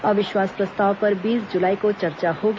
अविश्वास प्रस्ताव पर बीस जुलाई को चर्चा होगी